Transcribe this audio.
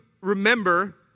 remember